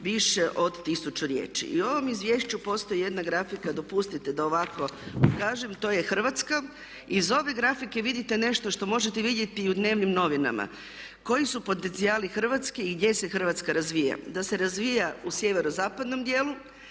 više od 1000 riječi. I u ovom izvješću postoji jedna grafika dopustite da ovako pokažem to je Hrvatska. Iz ove grafike vidite nešto što možete vidjeti i u dnevnim novinama koji su potencijali Hrvatske i gdje se Hrvatska razvija. Da razvija u sjeverozapadnom dijelu,